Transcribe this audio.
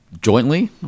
jointly